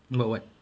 but what